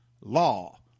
law